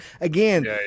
again